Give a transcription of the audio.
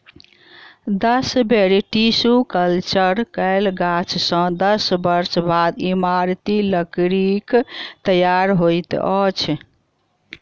दस बेर tissue culture कयल गाछ सॅ दस वर्ष बाद इमारती लकड़ीक तैयार होइत अछि